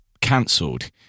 cancelled